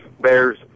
Bears